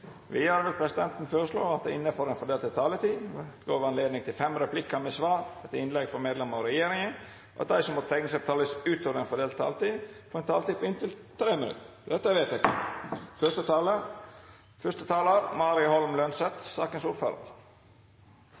Vidare vil presidenten føreslå at det – innanfor den fordelte taletida – vert gjeve anledning til fem replikkar med svar etter innlegg frå medlemer av regjeringa, og at dei som måtte teikna seg på talarlista utover den fordelte taletida, får ei taletid på inntil 3 minutt. – Det er vedteke.